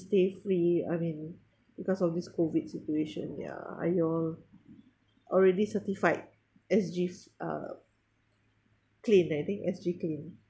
stay free I mean because of this COVID situation ya are you all already certified S_G uh clean I think S_G clean